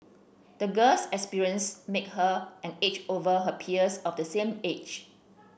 the girl's experiences make her an edge over her peers of the same age